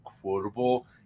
quotable